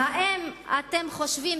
אבל אני רוצה לשאול, האם אתם באמת חושבים,